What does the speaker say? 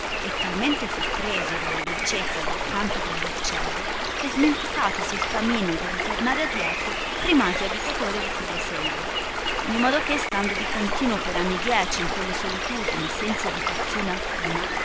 e talmente fu preso dalla dolcezza del canto de gli uccelli che smenticatosi il camino di ritornare adietro rimase abitatore di quelle selve di modo che stando di continuo per anni dieci in quelle solitudini senza abitazione alcuna